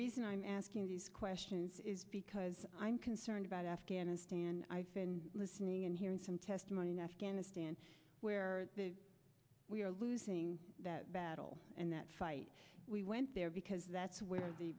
reason i'm asking these questions is because i'm concerned about afghanistan i've been listening and hearing some testimony in afghanistan where we are losing that battle and that fight we went there because that's where the